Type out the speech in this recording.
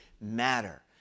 matter